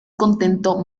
contento